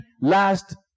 last